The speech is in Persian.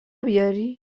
بیاری